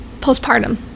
postpartum